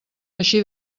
així